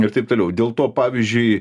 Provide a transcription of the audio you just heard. irtaip toliau dėl to pavyzdžiui